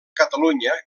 catalunya